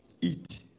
Eat